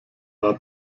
war